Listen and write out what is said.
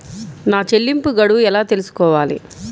నా చెల్లింపు గడువు ఎలా తెలుసుకోవాలి?